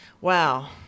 Wow